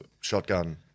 shotgun